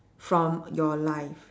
from your life